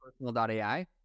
personal.ai